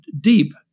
deep